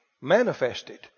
manifested